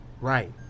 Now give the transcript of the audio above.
Right